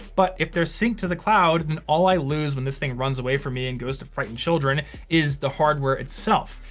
but if they're synced to the cloud, and all i lose when this thing runs away from me and goes to frightened children is the hardware itself.